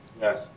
Yes